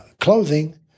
clothing